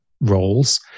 roles